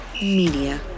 Media